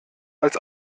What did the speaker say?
als